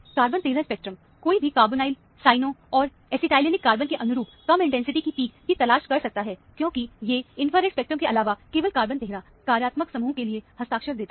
carbon 13 spectrum कोई भी carbonyl cyano और एसिटाइलीनिक कार्बनcarbonyl cyano and acetylenic carbon के अनुरूप कम इंटेंसिटी की पिक की तलाश कर सकता है क्योंकि ये इंफ्रारेड स्पेक्ट्रम के अलावा केवल कार्बन 13 कार्यात्मक समूह के लिए हस्ताक्षर देता है